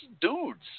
dudes